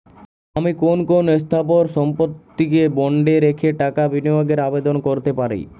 আমি কোন কোন স্থাবর সম্পত্তিকে বন্ডে রেখে টাকা বিনিয়োগের আবেদন করতে পারি?